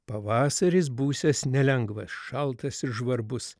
pavasaris būsiąs nelengvas šaltas ir žvarbus